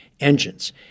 engines